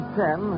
ten